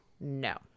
no